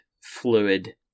fluid